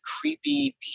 creepy